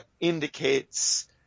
indicates